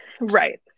Right